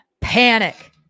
Panic